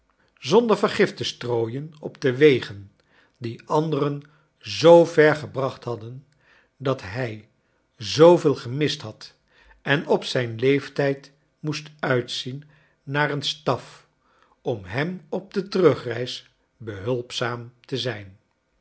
zonder vergif te strooien op de wegen die anderen zoo ver gebracht hadden dat hij zooveel gemist had en op zijn leeftijd moest viitzien naar een staf om hem op de terugreis behulpzaam te zijn